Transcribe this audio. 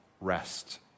rest